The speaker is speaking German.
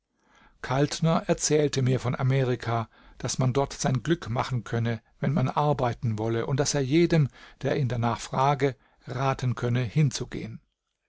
kaltner erzählte mir von amerika daß man dort sein glück machen könne wenn man arbeiten wolle und daß er jedem der ihn darnach frage raten könne hinzugehen